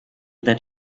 that